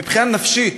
מבחינה נפשית,